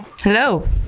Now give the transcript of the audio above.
Hello